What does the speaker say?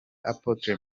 apotre